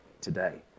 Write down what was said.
today